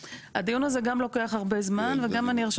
הדיון הזה גם לוקח הרבה זמן וגם אני ארשה